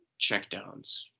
Checkdowns